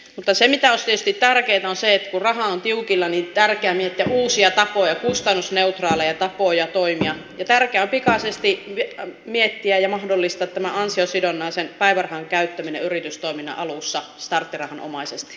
mutta se mikä olisi tietysti tärkeintä on se että kun raha on tiukilla niin on tärkeää miettiä uusia kustannusneutraaleja tapoja toimia ja tärkeää on pikaisesti miettiä ja mahdollistaa tämä ansiosidonnaisen päivärahan käyttäminen yritystoiminnan alussa starttirahanomaisesti